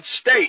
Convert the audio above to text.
State